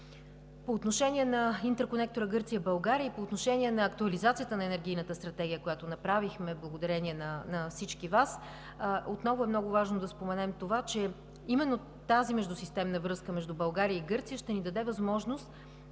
По отношение на интерконектора Гърция – България и по отношение на актуализацията на енергийната стратегия, която направихме благодарение на всички Вас, отново е много важно да споменем, че именно тази междусистемна връзка между България и Гърция ще ни даде възможност